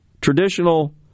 traditional